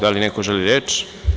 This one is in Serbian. Da li neko želi reč?